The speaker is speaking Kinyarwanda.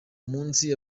munsi